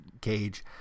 cage